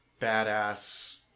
badass